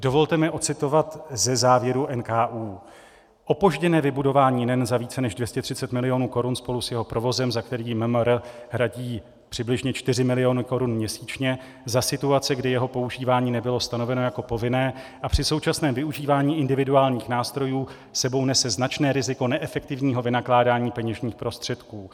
Dovolte mi odcitovat ze závěrů NKÚ: Opožděné vybudování NEN za více než 230 mil. korun spolu s jeho provozem, za který MMR hradí přibližně 4 miliony korun měsíčně za situace, kdy jeho používání nebylo stanoveno jako povinné, a při současném využívání individuálních nástrojů s sebou nese značné riziko neefektivního vynakládání peněžních prostředků.